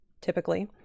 typically